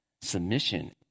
Submission